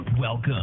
Welcome